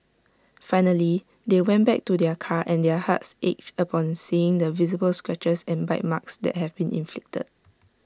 finally they went back to their car and their hearts ached upon seeing the visible scratches and bite marks that had been inflicted